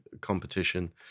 competition